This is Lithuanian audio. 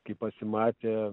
kai pasimatė